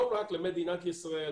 לא רק למדינת ישראל,